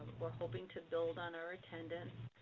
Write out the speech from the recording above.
we're hoping to build on our attendance.